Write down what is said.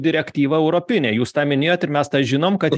direktyva europinė jus tą minėjot ir mes tą žinom kad